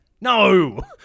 No